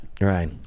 Right